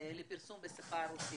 לפרסום בשפה הרוסית.